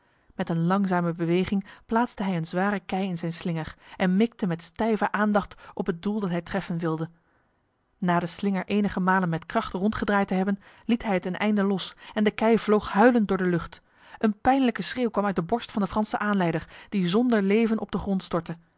met een langzame beweging plaatste hij een zware kei in zijn slinger en mikte met stijve aandacht op het doel dat hij treffen wilde na de slinger enige malen met kracht rondgedraaid te hebben liet hij het een einde los en de kei vloog huilend door de lucht een pijnlijke schreeuw kwam uit de borst van de franse aanleider die zonder leven op de grond stortte